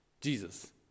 Jesus